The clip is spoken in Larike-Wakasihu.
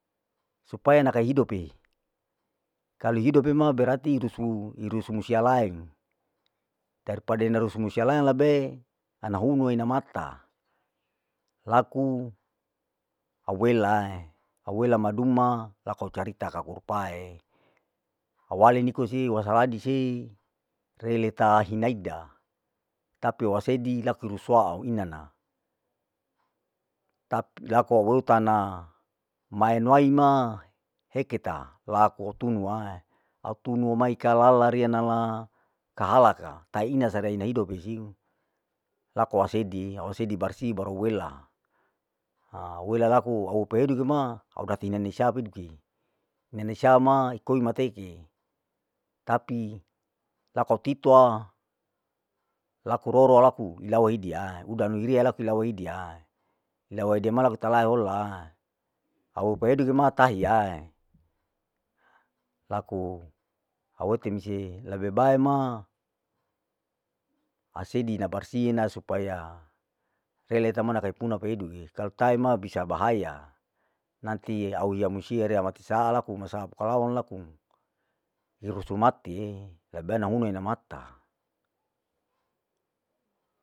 Supaya nakau hidope, kalu hidope ma berarti idusu, irusu musia laeng daripada inusu musia laeng labe ana hunu ina mata laku au welae, au wela maduma laku carita kaku rupae, awale nikosi wasaladisi releta hinaida, tapi wasedi laku rusu au inana, tap laku weitana, mainaima heketa laku tunuae, ai tunu mai kalala riya nala kahalaka, kahina sareina idop pesing. laku aseidi, au seidi barsi baru wela, au wela laku au peedikema au kasi nani saa peduki, neni saa ma ikoi mateike, tapi laku au titua, laku roro laku ilawa hidia udanu iria laku ilawa hidia, ilawa hidia ma laku talae hola, au pedika ma tahiya, laku au wete mise lebe bae ma aseidi nabarsi ena supaya releta mana kaipuna keuduke, kalau tai ma bisa bahaya, nantie au hiya musia rela maksaa laku, maksaa pukalawa laku, irusu matie lebe bae naune na mata.